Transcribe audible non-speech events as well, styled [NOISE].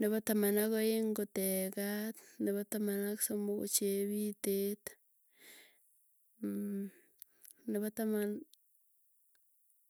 nepo taman ak aeng ko tegat, nepo taman ak somok ko chepitet, [HESITATION] nepo taman.